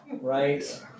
right